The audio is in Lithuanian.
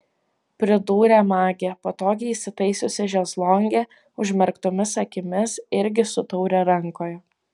pridūrė magė patogiai įsitaisiusi šezlonge užmerktomis akimis irgi su taure rankoje